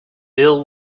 ill